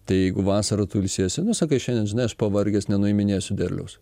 tai jeigu vasarą tu ilsiesi nu sakai šiandien žinai aš pavargęs nenuiminėsiu derliaus